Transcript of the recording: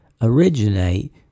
originate